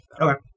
Okay